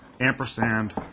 ampersand